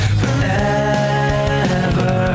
forever